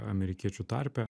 amerikiečių tarpe